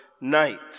Night